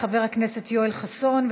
חבר הכנסת יואל חסון,